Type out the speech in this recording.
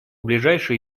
ближайшие